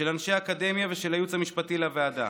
של אנשי אקדמיה ושל הייעוץ המשפטי לוועדה.